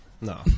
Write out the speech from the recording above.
No